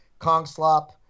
Kongslop